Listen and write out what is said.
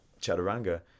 chaturanga